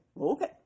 Okay